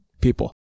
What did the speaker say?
people